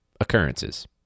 occurrences